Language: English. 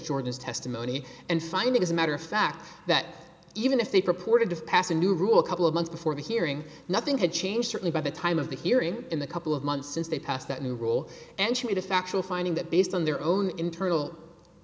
jordan's testimony and finding as a matter of fact that even if they purported to pass a new rule a couple of months before hearing nothing had changed certainly by the time of the hearing in the couple of months since they passed that new rule and she made a factual finding that based on their own internal